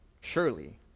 surely